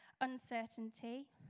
uncertainty